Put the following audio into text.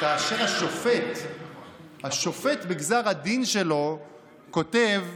כאשר השופט בגזר הדין שלו כותב: